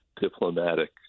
diplomatic